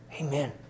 Amen